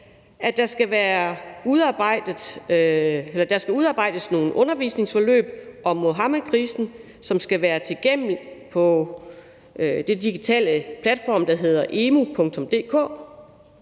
der skal udarbejdes nogle undervisningsforløb om Muhammedkrisen, som skal være tilgængelige på den digitale platform, der hedder emu.dk.